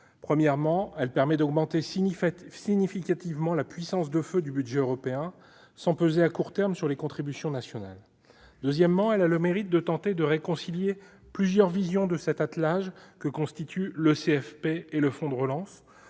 Premièrement, elle permet d'augmenter significativement la puissance de feu du budget européen sans peser à court terme sur les contributions nationales. Deuxièmement, elle a le mérite de tenter de réconcilier plusieurs visions de cet attelage que constituent le CFP et le fonds de relance,